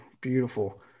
Beautiful